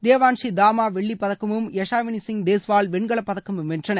தேவாள்ஷி தாமா வெள்ளிப்பதக்கமும் யஷாவினி சிங் தேஷ்வால் வெண்கலப்பதக்கமும் வென்றனர்